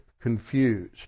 confused